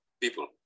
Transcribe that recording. people